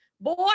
boy